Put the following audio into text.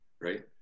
Right